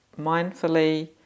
mindfully